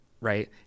right